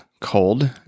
cold